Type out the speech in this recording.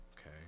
Okay